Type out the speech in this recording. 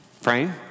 frame